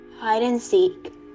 hide-and-seek